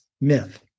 myth